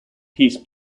peace